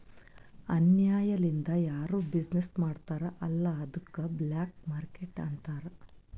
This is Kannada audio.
ಅನ್ಯಾಯ ಲಿಂದ್ ಯಾರು ಬಿಸಿನ್ನೆಸ್ ಮಾಡ್ತಾರ್ ಅಲ್ಲ ಅದ್ದುಕ ಬ್ಲ್ಯಾಕ್ ಮಾರ್ಕೇಟ್ ಅಂತಾರ್